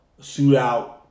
shootout